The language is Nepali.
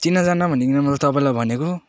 चिनाजना भनिकन मैले तपाईँलाई भनेको